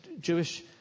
Jewish